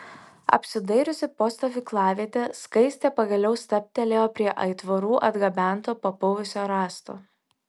apsidairiusi po stovyklavietę skaistė pagaliau stabtelėjo prie aitvarų atgabento papuvusio rąsto